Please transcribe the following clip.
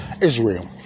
Israel